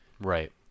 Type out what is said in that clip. Right